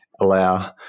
allow